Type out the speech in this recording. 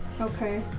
Okay